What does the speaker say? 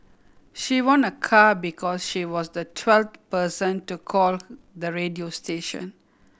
she won a car because she was the twelfth person to call the radio station